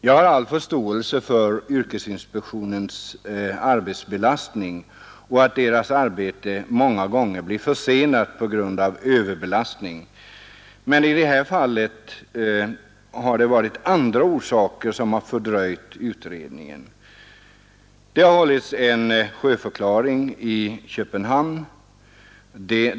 Jag har förståelse för att yrkesinspektionens arbete kan bli försenat på gund av för hög arbetsbelastning, men i detta fall har utredningen fördröjts av andra orsaker. Det har hållits en sjöförklaring i Köpenhamn.